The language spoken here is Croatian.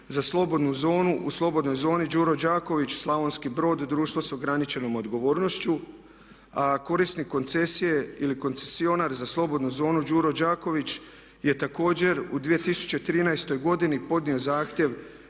za slobodnu zonu u slobodnoj zoni „Đuro Đaković“ Slavonski Brod d.o.o. a korisnik koncesije je ili koncesionar za slobodnu zonu „Đuro Đaković“ je također u 2013. godini podnio zahtjev